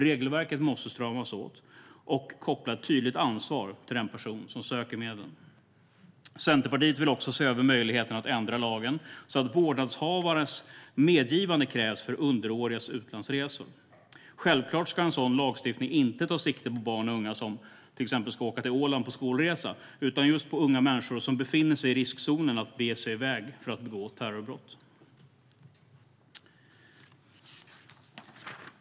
Regelverket måste stramas upp och koppla ett tydligt ansvar till den person som söker medel. Centerpartiet vill också se över möjligheten att ändra lagen så att vårdnadshavarnas medgivande krävs för underårigas utlandsresor. Självklart ska en sådan lagstiftning inte ta sikte på barn och unga som till exempel ska åka till Åland på skolresa, utan det gäller just unga människor som befinner sig i riskzonen för att bege sig i väg för att begå terrorbrott.